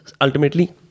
ultimately